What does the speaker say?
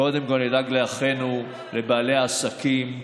קודם כול נדאג לאחינו, לבעלי העסקים.